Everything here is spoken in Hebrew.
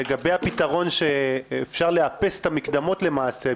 לגבי הפתרון שאפשר לאפס את המקדמות למעשה,